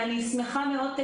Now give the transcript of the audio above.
אני שמחה מאוד,